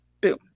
boom